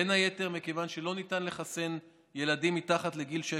בין היתר מכיוון שלא ניתן לחסן ילדים מתחת לגיל 16,